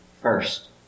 first